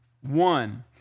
one